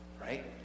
right